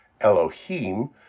Elohim